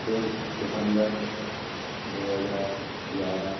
छः सितंबर दो हजार ग्यारह